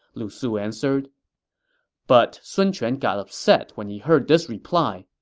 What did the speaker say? lu su answered but sun quan got upset when he heard this reply.